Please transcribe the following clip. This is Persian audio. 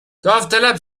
داوطلب